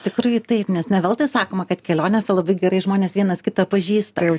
tikrai taip nes ne veltui sakoma kad kelionėse labai gerai žmonės vienas kitą pažįsta